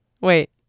Wait